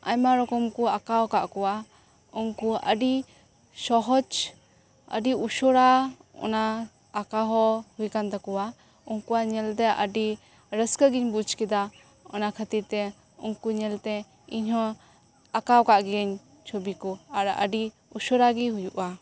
ᱟᱭᱢᱟ ᱨᱚᱠᱚᱢ ᱠᱚ ᱟᱸᱠᱟᱣ ᱟᱠᱟᱫ ᱠᱚᱣᱟ ᱩᱱᱠᱩ ᱟᱹᱰᱤ ᱥᱚᱦᱚᱡᱽ ᱟᱹᱰᱤ ᱩᱥᱟᱹᱨᱟ ᱚᱱᱟ ᱟᱸᱠᱟᱣ ᱦᱚᱸ ᱦᱩᱭ ᱟᱠᱟᱱ ᱛᱟᱠᱚᱣᱟ ᱩᱱᱠᱩᱣᱟᱜ ᱧᱮᱞᱛᱮ ᱟᱹᱰᱤ ᱨᱟᱹᱥᱠᱟᱹ ᱜᱮᱧ ᱵᱩᱡᱽ ᱠᱮᱫᱟ ᱚᱱᱟ ᱠᱷᱟᱹᱛᱤᱨ ᱛᱮ ᱩᱱᱠᱩ ᱧᱮᱞ ᱛᱮ ᱤᱧ ᱦᱚᱸ ᱟᱸᱠᱟᱣ ᱠᱟᱫ ᱜᱤᱭᱟᱹᱧ ᱪᱷᱚᱵᱤ ᱠᱚ ᱟᱨ ᱟᱹᱰᱤ ᱩᱥᱟᱹᱨᱟᱜᱮ ᱦᱩᱭᱩᱜᱼᱟ